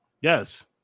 Yes